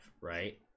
right